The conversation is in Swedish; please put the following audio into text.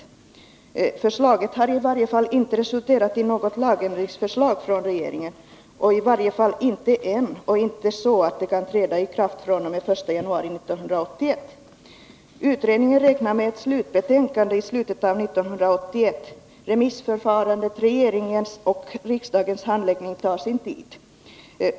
Förslaget har inte resulterat i något lagändringsförslag från regeringen, i varje fall inte än och inte så att det kan träda i kraft den 1 januari 1981. Utredningen räknar med att avge ett slutbetänkande i slutet av 1981. Remissförfarandet samt regeringens och riksdagens handläggning tar sin tid.